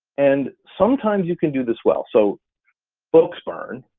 and sometimes you can do this well. so books burn,